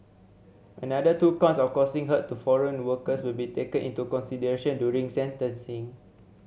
another two counts of causing hurt to foreign workers will be taken into consideration during sentencing